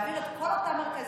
ולהעביר את כל אותם מרכזים,